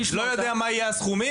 הוא לא יודע מה יהיו הסכומים,